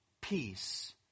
peace